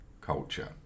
culture